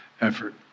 effort